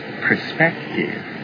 perspective